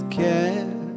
care